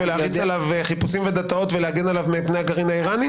ולהריץ עליו חיפושים ודאטה ולהגן עליו מפני הגרעין האירני?